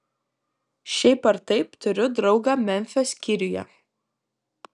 šiaip ar taip turiu draugą memfio skyriuje